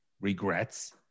regrets